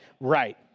Right